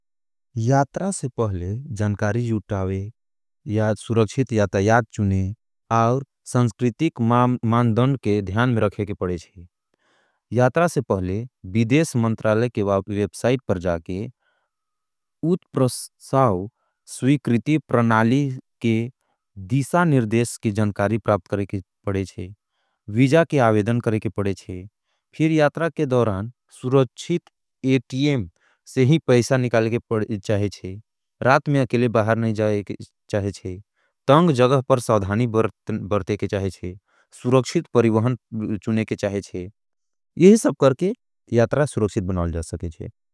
यात्रा से पहले जणकारी जूटावे, सुरख्षित यातयात चुने और संस्कृतिक मांधन के ध्यान में रखे के पड़ेज़े। यात्रा से पहले बिदेश मंत्राले के वेपसाइट पर जाके उतप्रस्थाव स्विकृति प्रनाली के दीशा निर्देश के जणकारी प्राप्त करेके पड़ेज़े। वीजा के आवेदन करेके पड़ेज़े। फिर यात्रा के दोरान सुरक्षित एटियम से ही पैसा निकाले के पड़ेज़े। रात में अकेले बाहर नहीं जाए के चाही।